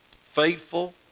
faithful